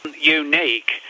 unique